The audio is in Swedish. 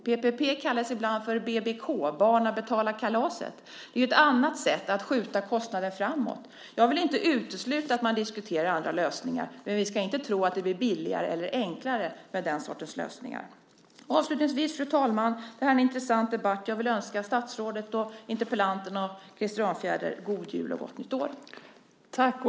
PPP kallas ibland för BBK, barnen betalar kalaset. Det är ju ett sätt att skjuta kostnaden framåt. Jag vill inte utesluta att man diskuterar andra lösningar, men vi ska inte tro att det blir billigare eller enklare med den sortens lösningar. Fru talman! Det här är en intressant debatt. Avslutningsvis vill jag önska statsrådet, interpellanterna och Krister Örnfjäder god jul och gott nytt år.